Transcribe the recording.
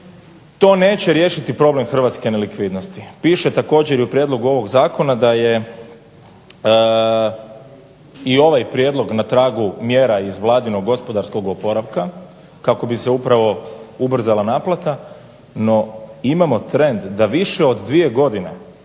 To neće riješiti problem hrvatske nelikvidnosti. Piše također i u prijedlogu ovog zakona da je i ovaj prijedlog na tragu mjera iz vladinog gospodarskog oporavka kako bi se ubrzala naplata. No, imamo trend da više od dvije godine